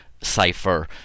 cipher